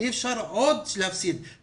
אי אפשר להפסיד עוד לימודים.